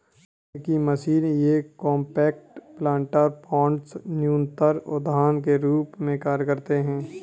बोने की मशीन ये कॉम्पैक्ट प्लांटर पॉट्स न्यूनतर उद्यान के रूप में कार्य करते है